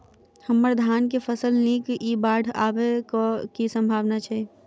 हम्मर धान केँ फसल नीक इ बाढ़ आबै कऽ की सम्भावना छै?